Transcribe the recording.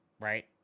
Right